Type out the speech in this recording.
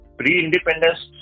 pre-independence